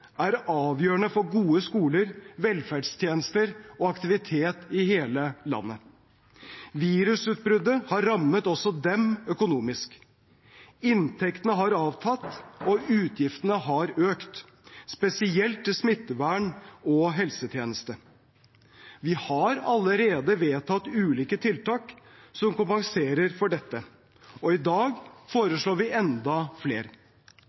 er avgjørende for gode skoler, velferdstjenester og aktivitet i hele landet. Virusutbruddet har rammet også dem økonomisk. Inntektene har avtatt, og utgiftene har økt, spesielt til smittevern og helsetjeneste. Vi har allerede vedtatt ulike tiltak som kompenserer for dette, og i dag foreslår vi enda flere.